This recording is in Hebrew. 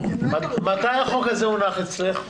מתי הצעת החוק הזאת הונחה אצלך?